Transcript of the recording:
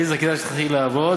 עליזה, כדאי שתתחילי לעבוד.